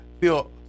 feel